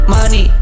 Money